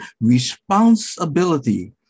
responsibility